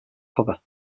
cover